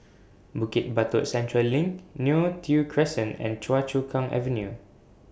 Bukit Batok Central LINK Neo Tiew Crescent and Choa Chu Kang Avenue